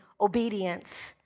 obedience